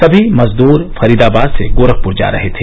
सभी मजदूर फरीदाबाद से गोरखपूर जा रहे थे